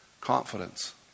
Confidence